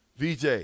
VJ